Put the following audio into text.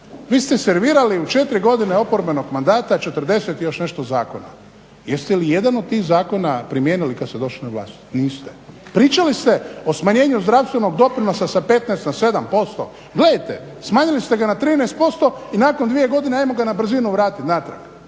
Vi ste servirali u 4 godine oporbenog mandata 40 i još nešto zakona. Jeste li ijedan od tih zakona primijenili kada ste došli na vlast? Niste. Pričali ste o smanjenju zdravstvenog doprinosa sa 15 na 7%. Gledajte, smanjili ste ga na 13% i nakon 2 godine, ajmo ga na brzinu vratiti natrag.